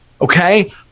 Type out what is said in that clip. Okay